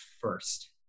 first